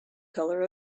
color